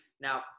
now